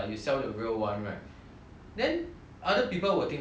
then other people will think that it's a fake or it's something that